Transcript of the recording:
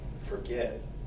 forget